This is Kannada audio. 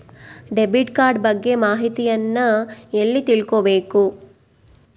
ಡೆಬಿಟ್ ಕಾರ್ಡ್ ಬಗ್ಗೆ ಮಾಹಿತಿಯನ್ನ ಎಲ್ಲಿ ತಿಳ್ಕೊಬೇಕು?